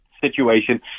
situation